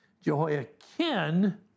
Jehoiakim